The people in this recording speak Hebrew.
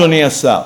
אדוני השר.